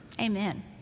Amen